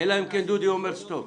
אלא אם דודי אומר "סטופ".